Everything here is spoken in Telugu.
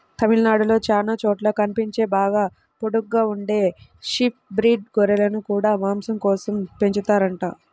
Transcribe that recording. తమిళనాడులో చానా చోట్ల కనిపించే బాగా పొడుగ్గా ఉండే షీప్ బ్రీడ్ గొర్రెలను గూడా మాసం కోసమే పెంచుతారంట